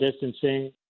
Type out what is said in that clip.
distancing